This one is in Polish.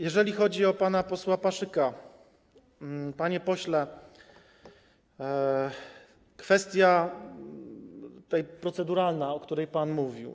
Jeżeli chodzi o pana posła Paszyka, panie pośle, kwestia proceduralna, o której pan mówił.